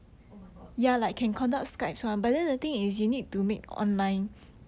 oh my god 我不懂 leh